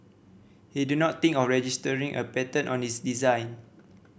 he did not think of registering a patent on his design